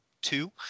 two